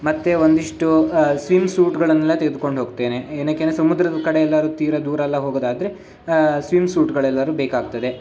ಮತ್ತು ಒಂದಿಷ್ಟು ಸ್ವಿಮ್ಸೂಟ್ಗಳನ್ನೆಲ್ಲ ತೆಗೆದುಕೊಂಡು ಹೋಗ್ತೇನೆ ಏನಕ್ಕೆ ಅಂದರೆ ಸಮುದ್ರದ ಕಡೆ ಎಲ್ಲಾದ್ರೂ ತೀರ ದೂರ ಎಲ್ಲ ಹೋಗೋದಾದರೆ ಸ್ವಿಮ್ಸೂಟ್ಗಳೆಲ್ಲಾದ್ರೂ ಬೇಕಾಗ್ತದೆ